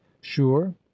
sure